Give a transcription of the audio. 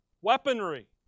weaponry